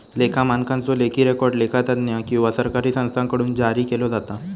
लेखा मानकांचो लेखी रेकॉर्ड लेखा तज्ञ किंवा सरकारी संस्थांकडुन जारी केलो जाता